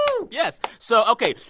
yes. so ok.